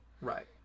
Right